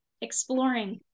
exploring